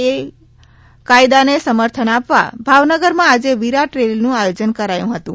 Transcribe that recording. એ કાયદાને સમર્થન આપવા ભાવનગરમાં આજે વિરાટ રેલીનું આયોજન કરાયું હતુ